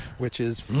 which is,